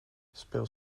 speel